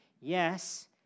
yes